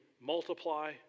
multiply